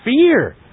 fear